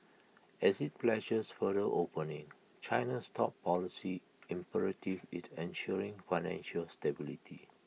as IT pledges further opening China's top policy imperative is ensuring financial stability